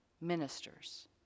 ministers